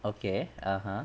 okay (uh huh)